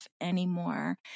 anymore